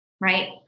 right